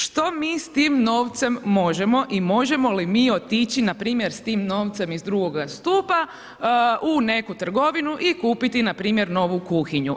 Što mi s tim novcem možemo i možemo li mi otići npr. s tim novcem iz drugoga stupa u neku trgovinu i kupiti npr. novu kuhinju?